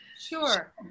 Sure